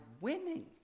winning